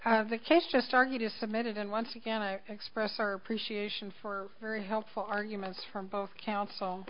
the case just argued is submitted and once again i express our appreciation for very helpful arguments from both coun